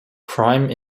crime